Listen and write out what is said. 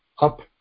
up